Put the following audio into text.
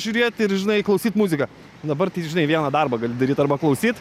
žiūrėt ir žinai klausyt muziką dabar tai žinai vieną darbą gali daryt arba klausyt